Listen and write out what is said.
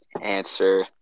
Answer